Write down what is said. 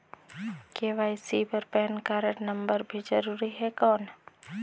KYC बर PAN card number भी जरूरी हे कौन?